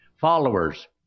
Followers